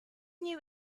new